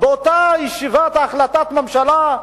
באותה ישיבה של החלטת הממשלה,